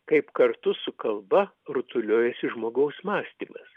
kaip kartu su kalba rutuliojasi žmogaus mąstymas